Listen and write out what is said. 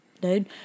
dude